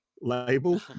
label